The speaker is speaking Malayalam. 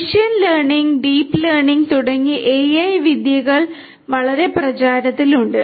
മെഷീൻ ലേണിംഗ് തുടങ്ങിയ AI വിദ്യകൾ വളരെ പ്രചാരത്തിലുണ്ട്